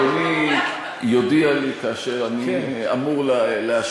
אדוני יודיע לי כאשר אני אמור להשיב.